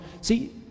See